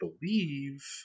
believe